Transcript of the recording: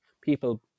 people